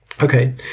Okay